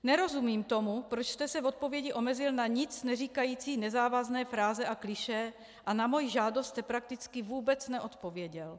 Nerozumím tomu, proč jste se v odpovědi omezil na nicneříkající nezávazné fráze a klišé a na moji žádost jste prakticky vůbec neodpověděl.